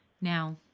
Now